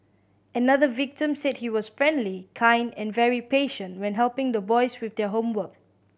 another victim said he was friendly kind and very patient when helping the boys with their homework